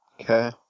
Okay